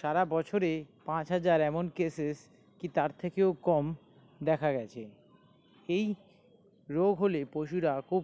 সারা বছরে পাঁচ হাজার এমন কেসেস কী তার থেকেও কম দেখা গিয়েছে এই রোগ হলে পশুরা খুব